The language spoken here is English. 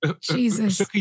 Jesus